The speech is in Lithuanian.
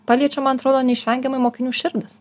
paliečia man atrodo neišvengiamai mokinių širdis